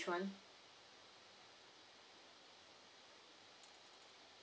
one